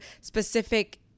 specific